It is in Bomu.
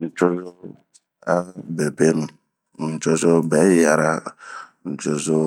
Nicɔzo a bebenu, nicɔzo bɛyiara ,nicozo